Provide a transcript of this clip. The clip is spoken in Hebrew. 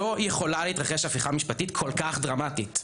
לא יכולה להתרחש הפיכה משפטית כל כך דרמטית,